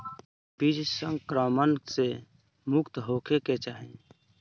बीज संक्रमण से मुक्त होखे के चाही